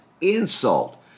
insult